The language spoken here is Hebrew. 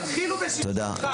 תודה.